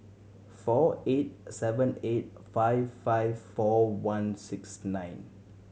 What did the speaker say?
four eight seven eight five five four one six nine